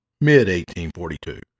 mid-1842